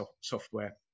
software